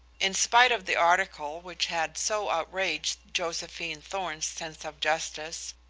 in spite of the article which had so outraged josephine thorn's sense of justice,